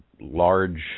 large